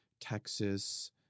Texas